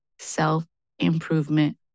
self-improvement